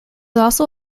also